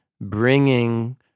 bringing